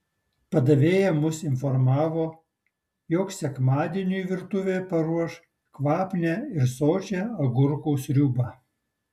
padavėja mus informavo jog sekmadieniui virtuvė paruošė kvapnią ir sočią agurkų sriubą